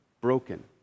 broken